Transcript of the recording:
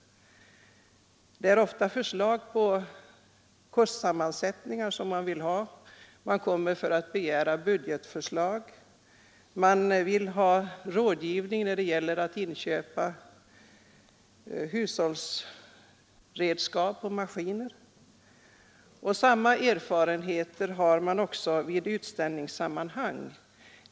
Det är ofta förslag på kostsammansättningar, budgetförslag eller rådgivning inför inköp av hushållsredskap och maskiner som man vill ha. Samma erfarenheter gäller beträffande utställningar.